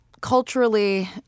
Culturally